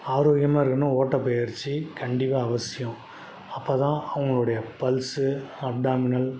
ஆரோக்கியமாக இருக்கணுன்னா ஓட்டப்பயிற்சி கண்டிப்பாக அவசியம் அப்ப தான் அவுங்களுடைய பல்ஸ்ஸு அப்டானிமல்